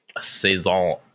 Saison